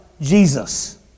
Jesus